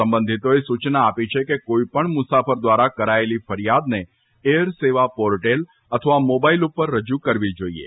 સંબંધીતોએ સૂચના આપી છે કે કોઇપણ મ્રસાફર દ્વારા કરાયેલી ફરિયાદને એર સેવા પોર્ટેલ અથવા મોબાઇલ ઉપર રજૂ કરવી જોઇએ